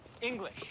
English